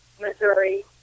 Missouri